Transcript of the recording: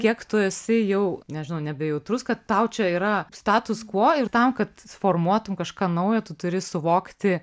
kiek tu esi jau nežinau nebejautrus kad tau čia yra status kvo ir tam kad suformuotum kažką naujo tu turi suvokti